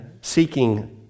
seeking